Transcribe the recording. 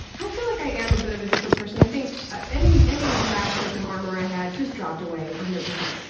i feel like i am a bit of a different person. i think ah any any last bits of armor i had just dropped away one hundred percent.